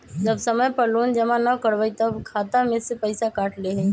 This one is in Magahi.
जब समय पर लोन जमा न करवई तब खाता में से पईसा काट लेहई?